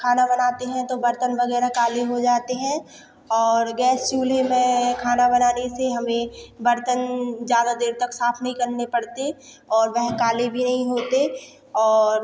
खाना बनाते हैं तो बर्तन वग़ैरह काले हो जाते हैं और गैस चूल्हे में खाना बनाने से हमें बर्तन ज़्यादा देर तक साफ़ नहीं करने पड़ती और वह काले भी होते और